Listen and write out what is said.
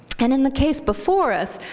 and in the case before us,